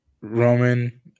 roman